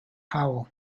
howell